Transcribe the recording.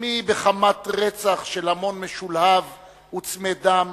מי בחמת רצח של המון משולהב וצמא דם